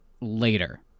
later